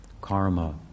karma